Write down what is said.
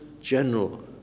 general